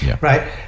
right